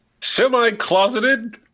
Semi-closeted